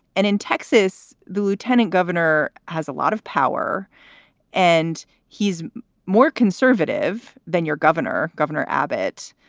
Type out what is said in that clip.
and in texas, the lieutenant governor has a lot of power and he's more conservative than your governor. governor abbott,